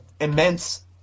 immense